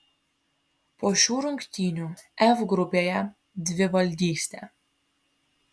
po šių rungtynių f grupėje dvivaldystė